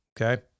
Okay